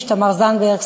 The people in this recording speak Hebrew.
תמר זנדברג,